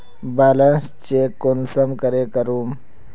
Balance check कुंसम करे करूम?